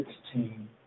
sixteen